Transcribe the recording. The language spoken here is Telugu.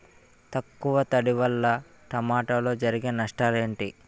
తక్కువ తడి వల్ల టమోటాలో జరిగే నష్టాలేంటి?